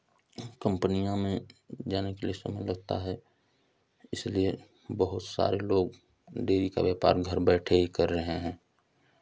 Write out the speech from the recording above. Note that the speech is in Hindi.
कंपनियों में जाने के लिए समय लगता है इसलिए बहुत सारे लोग डेयरी का व्यापार घर बैठे ही कर रहे हैं